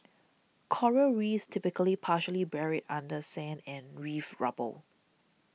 coral Reefs typically partially buried under sand and reef rubble